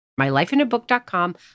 MyLifeInABook.com